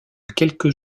quelques